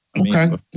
Okay